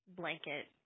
blanket